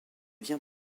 vient